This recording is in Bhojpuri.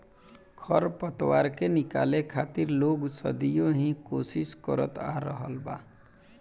खर पतवार के निकाले खातिर लोग सदियों ही कोशिस करत आ रहल बा